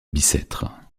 bicêtre